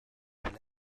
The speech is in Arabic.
ثلاثة